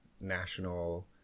national